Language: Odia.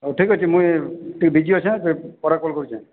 ହଉ ଠିକ୍ ଅଛେ ମୁଇଁ ଟିକେ ବିଜି ଅଛେ ପରେ କଲ୍ କରୁଛେ